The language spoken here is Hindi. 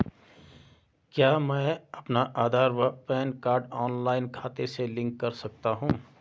क्या मैं अपना आधार व पैन कार्ड ऑनलाइन खाते से लिंक कर सकता हूँ?